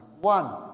One